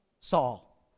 Saul